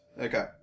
Okay